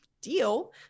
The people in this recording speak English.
deal